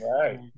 Right